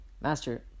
Master